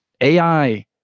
AI